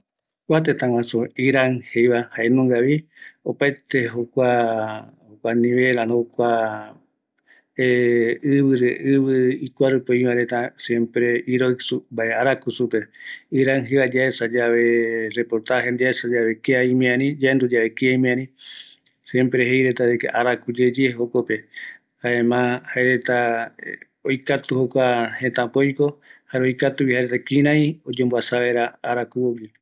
Iran jaenungavi, arakurenda, yaendu yave kia ïmïariyave jeireta oajaete araku, ëreï oïme jaereta kïraï omboaja vera jokua araku, jaerämo oiko